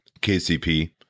kcp